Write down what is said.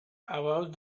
about